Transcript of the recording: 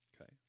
Okay